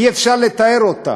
אי-אפשר לתאר אותה.